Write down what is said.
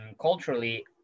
culturally